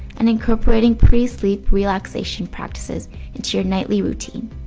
and incorporating pre-sleep relaxation practices into your nightly routine.